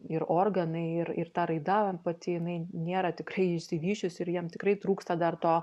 ir organai ir ir ta raida pati jinai nėra tikrai išsivysčiusi ir jiem tikrai trūksta dar to